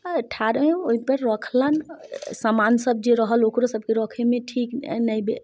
आओर अठारहो ओइपर रक्खल सामान सब जे रहल ओकरो सबके रखैमे ठीक नहि भेल